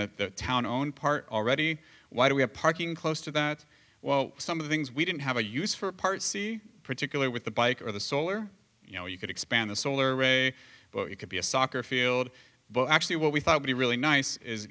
again that town own part already why do we have parking close to that well some of the things we didn't have a use for part c particularly with the bike or the solar you know you could expand the solar array it could be a soccer field well actually what we thought would be really nice is